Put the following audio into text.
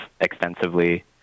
extensively